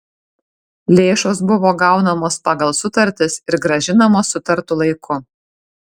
lėšos buvo gaunamos pagal sutartis ir grąžinamos sutartu laiku